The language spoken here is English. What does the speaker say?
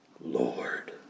Lord